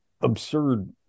absurd